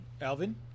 Alvin